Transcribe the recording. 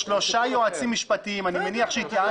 שלושה יועצים משפטיים - אני מניח שגם אתה התייעצת